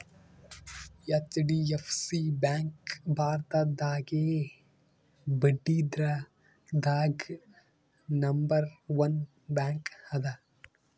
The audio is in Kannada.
ಹೆಚ್.ಡಿ.ಎಫ್.ಸಿ ಬ್ಯಾಂಕ್ ಭಾರತದಾಗೇ ಬಡ್ಡಿದ್ರದಾಗ್ ನಂಬರ್ ಒನ್ ಬ್ಯಾಂಕ್ ಅದ